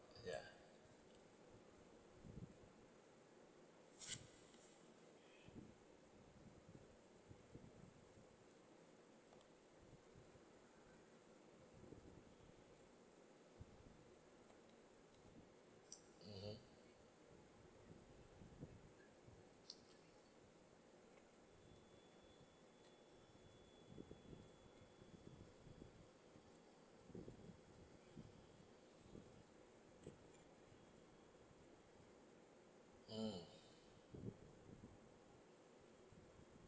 yeah mmhmm mm